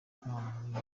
camp